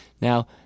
Now